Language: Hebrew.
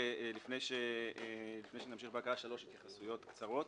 שלוש התייחסויות קצרות